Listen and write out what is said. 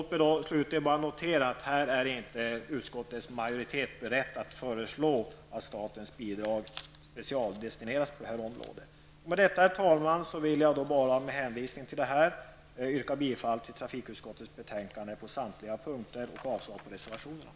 Trafikutskottets majoritet är dock inte beredd att föreslå att statens bidrag skall specialdestineras på detta område. Herr talman! Med hänvisning till det anförda vill jag yrka bifall till trafikutskottets hemställan i betänkande nr 23 på samtliga punkter och avslag på reservationerna.